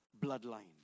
bloodline